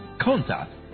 contact